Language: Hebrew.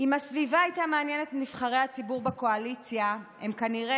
אם הסביבה הייתה מעניינת את נבחרי הציבור בקואליציה הם כנראה